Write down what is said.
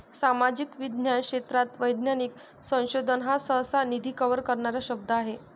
सामाजिक विज्ञान क्षेत्रात वैज्ञानिक संशोधन हा सहसा, निधी कव्हर करणारा शब्द आहे